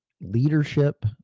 leadership